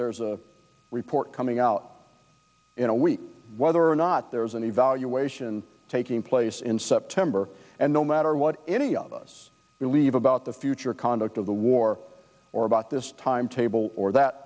there's a report coming out in a week whether or not there is an evaluation taking place in september and no matter what any of us believe about the future conduct of the war or about this timetable or that